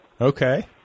Okay